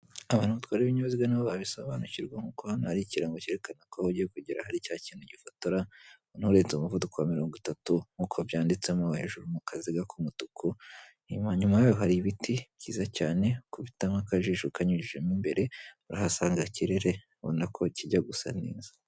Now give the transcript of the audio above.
Abantu batwara ibinyabiziga ni bo babisobanukirwa, nk'uko hano hari ikirango cyerekana ko aho bagiye kugera hari cya kintu gifotora; nturenze umuvuduko wa mirongo itatu, nk'uko byanditsemo hejuru mu kaziga k'umutuku. Inyuma yaho hari ibiti byiza cyane; kubitamo akajijo ukanyujijemo imbere, urahasanga ikirere ubona ko kijya gusa neza.